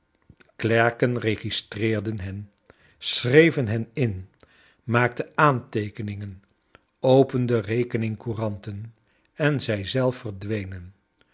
klerken registrecrden hen schreven hen in maakten aanteekeningen openden rekening-couranten en zij zelf verdwenen